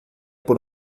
por